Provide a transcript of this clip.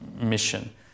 mission